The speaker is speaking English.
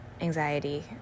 anxiety